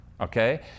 okay